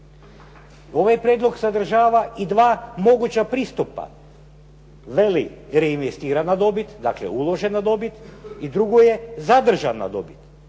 Ovaj prijedlog sadržava i dva moguća pristupa. Veli reinvestirana dobit, dakle uložena dobit i drugo je zadržana dobit.